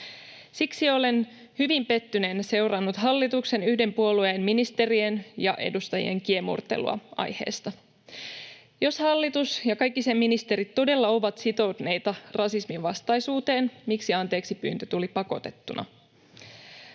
Siksi olen hyvin pettyneenä seurannut hallituksen yhden puolueen ministerien ja edustajien kiemurtelua aiheesta. Jos hallitus ja kaikki sen ministerit todella ovat sitoutuneita rasisminvastaisuuteen, miksi anteeksipyyntö tuli pakotettuna?